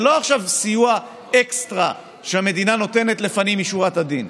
זה לא עכשיו סיוע אקסטרה שהמדינה נותנת לפנים משורת הדין.